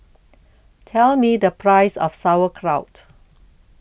Tell Me The Price of Sauerkraut